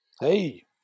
Hey